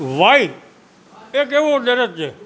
વાઈ એક એવો દરદ છે